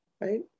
right